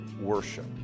worship